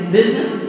business